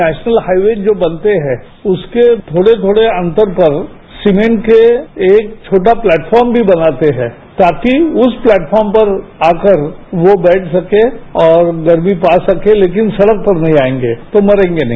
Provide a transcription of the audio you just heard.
national highway जो बनते हैं उसके थोड़े थोड़े अन्तर पर सीमेंट के एक छोटा प्लेटफॉर्म भी बनाते हैं ताकि उस प्लेटफॉर्म पर आकर वो बैठ सकें और गर्मी पा सकें लेकिन सड़क पर नहीं आएंगे तो मरेंगे नहीं